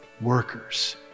workers